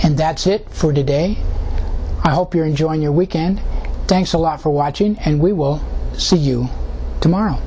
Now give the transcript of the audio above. and that's it for today i hope you're enjoying your weekend thanks a lot for watching and we will see you tomorrow